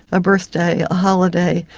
a birthday, a holiday,